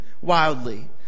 wildly